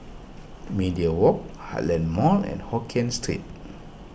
Media Walk Heartland Mall and Hokkien Street